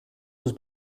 was